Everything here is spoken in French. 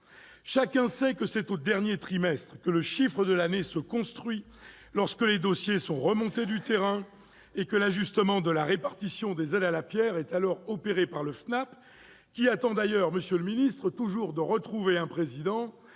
Chacun sait que c'est au dernier trimestre que le chiffre de l'année se construit, lorsque les dossiers sont remontés du terrain et que l'ajustement de la répartition des aides à la pierre est opéré par le FNAP. Au reste, monsieur le ministre, monsieur le secrétaire d'État,